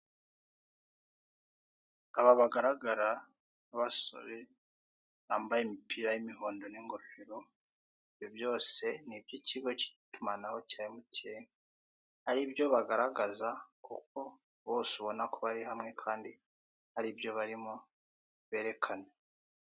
Aba bagaragara babasore bambaye imipira y'imihondo n'ingofero, ibyo byose niby'ikigo k'itumanaho cya emutiyeni hari ibyo bagaragaza kuko bose ubona ko bari hamwe kandi hari ibyo barimo berekana.